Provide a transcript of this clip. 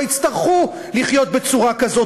לא יצטרכו לחיות בצורה כזאת,